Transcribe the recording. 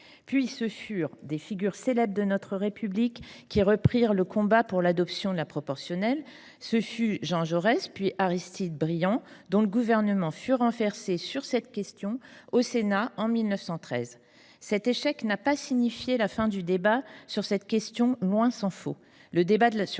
du complot. Des figures célèbres de notre République reprirent ensuite le combat pour l’adoption de la proportionnelle : Jean Jaurès, puis Aristide Briand, dont le gouvernement fut renversé sur cette question au Sénat en 1913. Cet échec n’a pas signifié la fin du débat, tant s’en faut.